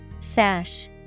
Sash